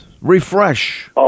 refresh